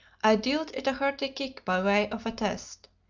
i dealt it a hearty kick by way of a test.